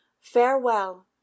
farewell